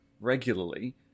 regularly